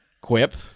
Quip